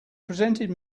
presented